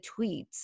tweets